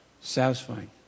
Satisfying